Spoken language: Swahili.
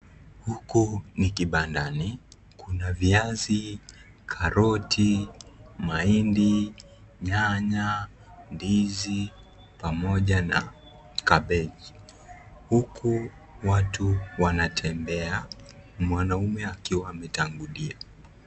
Huku ni kibandani, kuna viazi, karoti, mahindi, nyanya, ndizi pamoja na kabeji. Huku watu wanatembea mwanaume akiwa ametangulia.